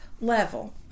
level